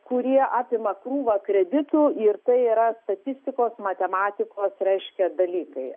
kurie apima krūvą kreditų ir tai yra statistikos matematikos reiškia dalykai